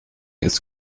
ist